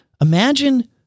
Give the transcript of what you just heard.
Imagine